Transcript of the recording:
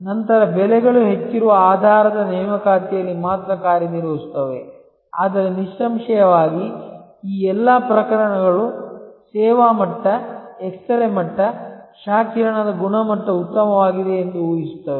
ನಂತರ ಬೆಲೆಗಳು ಹೆಚ್ಚಿರುವ ಆಧಾರದ ನೇಮಕಾತಿಯಲ್ಲಿ ಮಾತ್ರ ಕಾರ್ಯನಿರ್ವಹಿಸುತ್ತವೆ ಆದರೆ ನಿಸ್ಸಂಶಯವಾಗಿ ಈ ಎಲ್ಲಾ ಪ್ರಕರಣಗಳು ಸೇವಾ ಮಟ್ಟ ಎಕ್ಸರೆ ಮಟ್ಟ ಕ್ಷ ಕಿರಣದ ಗುಣಮಟ್ಟ ಉತ್ತಮವಾಗಿದೆ ಎಂದು ಊಹಿಸುತ್ತದೆ